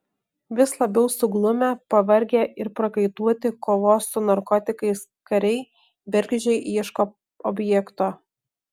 vis labiau suglumę pavargę ir prakaituoti kovos su narkotikais kariai bergždžiai ieško objekto